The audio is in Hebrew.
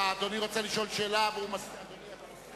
אדוני רוצה לשאול שאלה ואדוני השר מסכים?